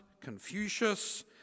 Confucius